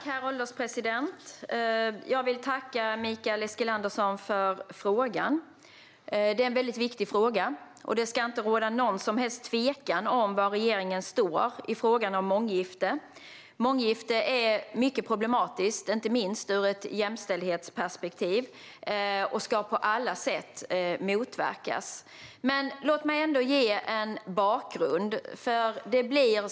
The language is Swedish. Herr ålderspresident! Jag vill tacka Mikael Eskilandersson för frågan. Det är en väldigt viktig fråga, och det ska inte råda någon som helst tvekan om var regeringen står i frågan om månggifte. Månggifte är mycket problematiskt, inte minst ur ett jämställdhetsperspektiv, och ska på alla sätt motverkas. Men låt mig ändå ge en bakgrund.